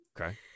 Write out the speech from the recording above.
Okay